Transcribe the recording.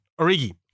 Origi